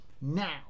Now